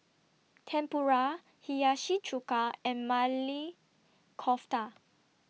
Tempura Hiyashi Chuka and Maili Kofta